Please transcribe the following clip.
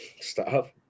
Stop